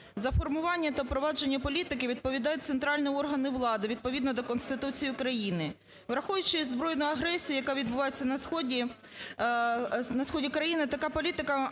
За формування та впровадження політики відповідає центральні органи влади, відповідно до Конституції України. Враховуючи збройну агресію, яка відбувається на сході, на сході країни, така політика